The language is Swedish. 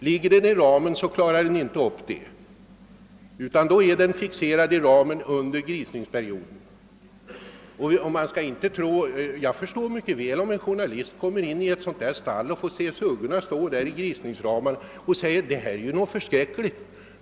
Ligger hon i ramen kan hon inte göra det, utan då är hon fixerad där under grisningsperioden. Jag förstår mycket väl att en journalist, om han kommer in i ett sådant där stall och får se suggorna stå i sina grisningsramar, kan säga: Detta är någonting förskräckligt.